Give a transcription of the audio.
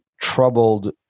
troubled